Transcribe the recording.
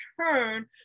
turn